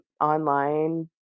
online